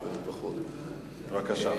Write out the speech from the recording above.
בבקשה.